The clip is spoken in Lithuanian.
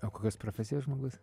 o kokios profesijos žmogus